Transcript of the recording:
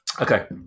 Okay